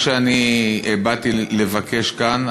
מה שאני באתי לבקש כאן,